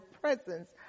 presence